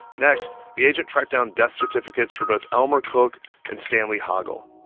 next, the agent tracked down death certificates for both elmer cook and stanley hoggle.